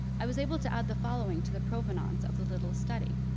i was able to add the following to the provenance of the little study.